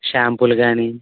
షాంపూలు కాని